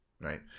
Right